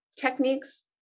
techniques